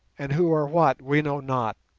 and who are what we know not?